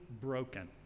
broken